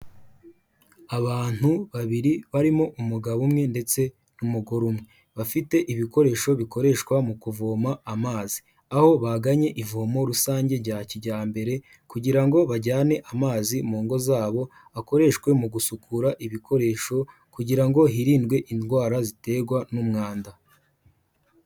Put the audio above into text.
Abantu babiri barimo umugabo umwe ndetse n'umugore umwe bafite ibikoresho bikoreshwa mu kuvoma amazi aho baganye ivomo rusange rya kijyambere kugira bajyane amazi mu ngo zabo akoreshwe mu gusukura ibikoresho kugira ngo hirindwe indwara ziterwa n'umwanda.